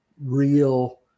real